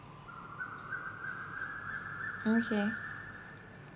okay